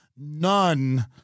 none